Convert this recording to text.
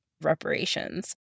reparations